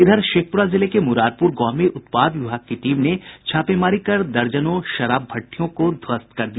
इधर शेखप्रा जिले के मुरारपुर गांव में उत्पाद विभाग की टीम ने छापेमारी कर दर्जनों शराब भट्ठियों को ध्वस्त कर दिया